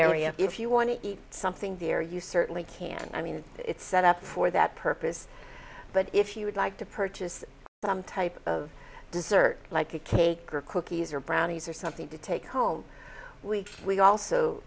area if you want to eat something there you certainly can i mean it's set up for that purpose but if you would like to purchase type of dessert like a cake or cookies or brownies or something to take home week we